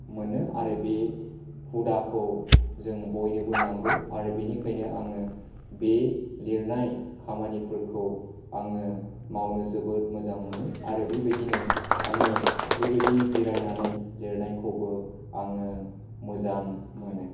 मोनो आरो बे हुदाखौ जों बयनोबो नांगौ आरो बिनिखायनो आङो बे लिरनाय खामानिफोरखौ आङो मावनो जोबोद मोजां मोनो आरो बिबायदिनो आङो बिबायदिनो जिरायनानै लिरनायखौबो आङो मोजां मोनो